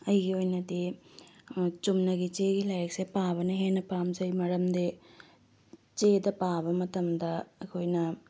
ꯑꯩꯒꯤ ꯑꯣꯏꯅꯗꯤ ꯆꯨꯝꯅꯒꯤ ꯆꯦꯒꯤ ꯂꯥꯏꯔꯤꯛꯁꯦ ꯄꯥꯕꯅ ꯍꯦꯟꯅ ꯄꯥꯝꯖꯩ ꯃꯔꯝꯗꯤ ꯆꯦꯗ ꯄꯥꯕ ꯃꯇꯝꯗ ꯑꯩꯈꯣꯏꯅ